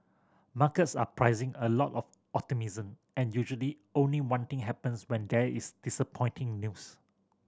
markets are pricing a lot of optimism and usually only one thing happens when there is disappointing news